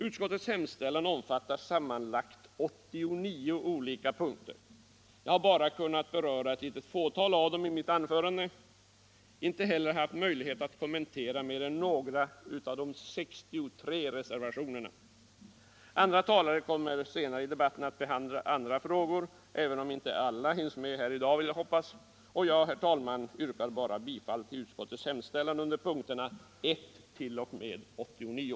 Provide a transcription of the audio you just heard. Utskottets hemställan omfattar sammanlagt 89 olika punkter. Jag har bara kunnat beröra ett fåtal av dem i mitt anförande. Inte heller har jag haft möjlighet att kommentera mer än några av de 63 reservationerna. Andra talare kommer senare i debatten att behandla andra frågor, även om kanske inte alla hinns med här i dag. Med detta, herr talman, yrkar jag bifall till utskottets hemställan i punkterna I 1.0. m. 89.